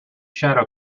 shadow